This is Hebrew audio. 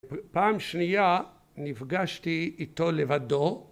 ‫פעם שנייה נפגשתי איתו לבדו.